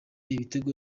igitego